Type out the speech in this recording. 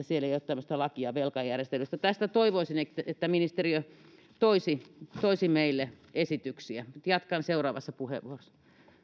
siellä ei ole tämmöistä lakia velkajärjestelystä tästä toivoisin että ministeriö toisi toisi meille esityksiä jatkan seuraavassa puheenvuorossa